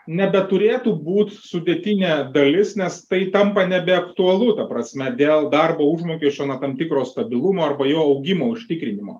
nebeturėtų būt sudėtinė dalis nes tai tampa nebeaktualu ta prasme dėl darbo užmokesčio nuo tam tikro stabilumo arba jo augimo užtikrinimo